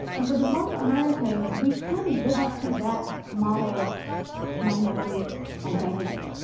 and for the hmong americans, we couldn't live up to that model minority identity.